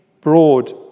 broad